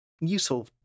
useful